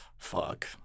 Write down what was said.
Fuck